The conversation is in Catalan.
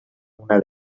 una